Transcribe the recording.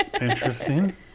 Interesting